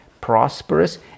prosperous